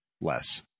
less